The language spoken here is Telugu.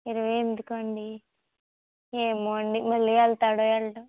ఇరవై ఎందుకండీ ఏమో అండి మళ్ళీ వెళ్తాడా వెళ్ళడో